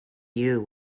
you